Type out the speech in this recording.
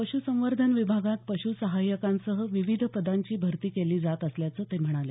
पशूसंवर्धन विभागात पशूसहाय्यकांसह विविध पदांची भरती केली जात असल्याचं ते म्हणाले